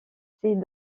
c’est